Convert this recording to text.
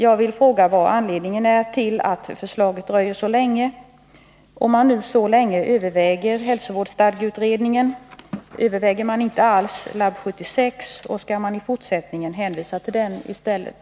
Jag vill fråga vilken anledningen är till att förslaget dröjer så länge. Om man nu så länge överväger hälsovårdsstadgeutredningen, överväger man då inte alls LAB 76, och skall man i fortsättningen hänvisa till den i stället?